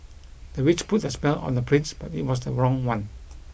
the witch put a spell on the prince but it was the wrong one